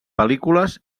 pel·lícules